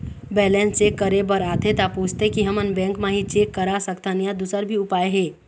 Balance check करे बर आथे ता पूछथें की हमन बैंक मा ही चेक करा सकथन या दुसर भी उपाय हे?